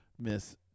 miss